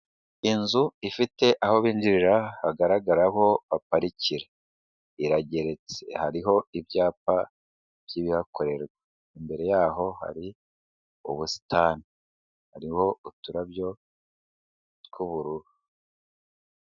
Inzu ifite aho binjirira hagaragara aho baparikira, irageretse, hariho ibyapa by'ibihakorera, imbere yaho hari ubusitani, hariho uturabyo tw'ubururu.